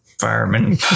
fireman